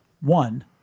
One